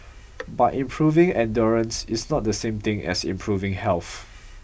but improving endurance is not the same thing as improving health